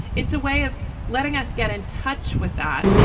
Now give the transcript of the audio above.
it's a way of letting us get in touch with that